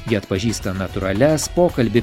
ji atpažįsta natūralias pokalbį